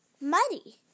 muddy